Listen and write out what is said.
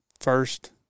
first